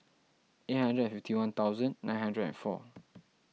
eight hundred and fifty one thousand nine hundred and four